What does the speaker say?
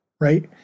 right